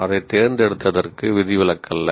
அதைத் தேர்ந்தெடுத்ததற்கு விதிவிலக்கல்ல